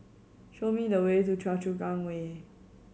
show me the way to Choa Chu Kang Way